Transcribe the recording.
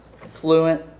Fluent